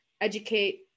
Educate